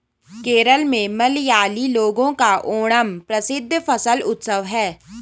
केरल में मलयाली लोगों का ओणम प्रसिद्ध फसल उत्सव है